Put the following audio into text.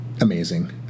amazing